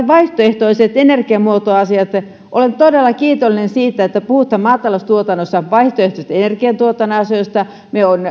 vaihtoehtoiset energiamuotoasiat olen todella kiitollinen siitä että puhutaan maataloustuotannossa vaihtoehtoisen energiatuotannon asioista